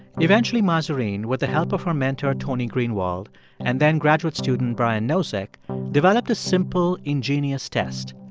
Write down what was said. eventually, mahzarin with the help of her mentor tony greenwald and then-graduate student brian nosek developed a simple ingenious test.